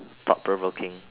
thought provoking